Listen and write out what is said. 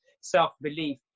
self-belief